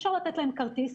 אפשר לתת להם כרטיס,